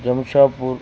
Jamshapur